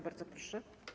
Bardzo proszę.